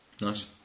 Nice